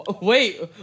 Wait